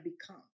become